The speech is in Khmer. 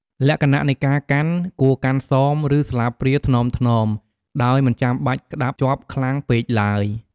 លក្ខណៈនៃការកាន់ គួរកាន់សម ឬស្លាបព្រាថ្នមៗ ដោយមិនចាំបាច់ក្ដាប់ជាប់ខ្លាំងពេកឡើយ។